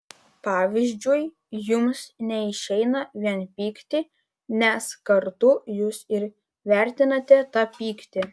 pavyzdžiui jums neišeina vien pykti nes kartu jūs ir vertinate tą pyktį